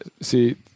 See